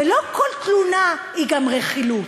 ולא כל תלונה היא גם רכילות.